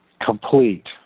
complete